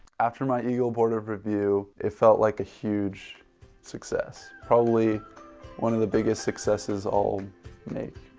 after my eagle board of review if felt like a huge success. probably one of the biggest successes i'll make